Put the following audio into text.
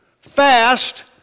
fast